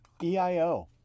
EIO